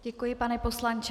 Děkuji, pane poslanče.